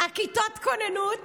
בכיתות הכוננות